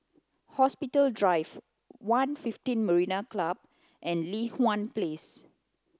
Hospital Drive One fifteen Marina Club and Li Hwan Place